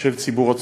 של ציבור עצום.